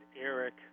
Eric